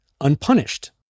unpunished